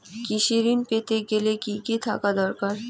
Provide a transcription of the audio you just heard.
কৃষিঋণ পেতে গেলে কি কি থাকা দরকার?